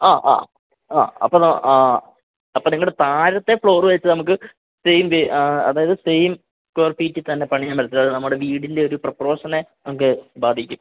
അ ആ ആ അപ്പോൾ ന അപ്പോൾ നിങ്ങളുടെ താഴത്തെ ഫ്ളോറുമായിട്ട് നമുക്ക് സെയിം ബെ അതായത് സെയിം സ്ക്വയർ ഫീറ്റിൽ തന്നെ പണിയാൻ പറ്റത്തില്ല കാരണം നമ്മുടെ വീടിൻ്റെ ഒരു പ്രപോഷനെ ഒക്കെ ബാധിക്കും